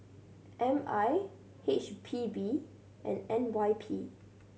M I H P B and N Y P